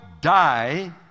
die